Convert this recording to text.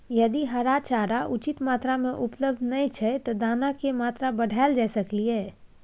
यदि हरा चारा उचित मात्रा में उपलब्ध नय छै ते दाना की मात्रा बढायल जा सकलिए?